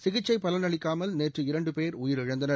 சிகிச்சை பலனளிக்காமல் நேற்று இரண்டு பேர் உயிரிழந்தனர்